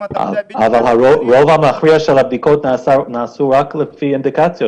אבל הרוב המכריע של הבדיקות נעשו רק לפי אינדיקציות,